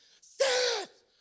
Seth